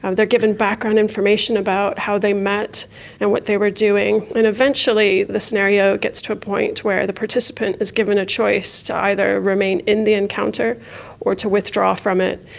um they are given background information about how they met and what they were doing. and eventually the scenario gets to a point where the participant is given a choice to either remain in the encounter or to withdraw from it.